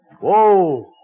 Whoa